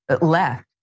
left